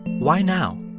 why now?